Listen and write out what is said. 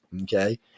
okay